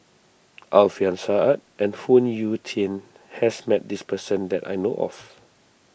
Alfian Sa'At and Phoon Yew Tien has met this person that I know of